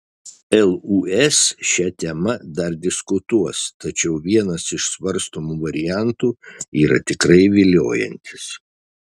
lūs šia tema dar diskutuos tačiau vienas iš svarstomų variantų yra tikrai viliojantis